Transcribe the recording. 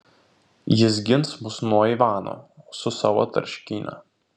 jis gins mus nuo ivano su savo tarškyne